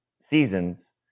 seasons